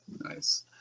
Nice